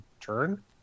turn